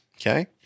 Okay